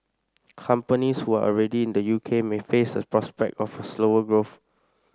companies who are already in the U K may face the prospect of a slower growth